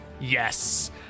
Yes